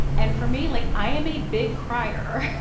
and for me, like, i am a big crier.